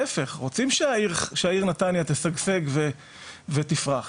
להיפך, רוצים שהעיר נתניה תשגשג ותפרח.